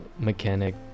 mechanic